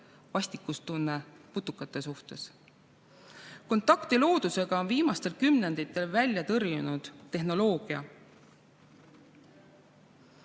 vastikustunne putukate suhtes. Kontakti loodusega on viimastel kümnenditel välja tõrjunud tehnoloogia.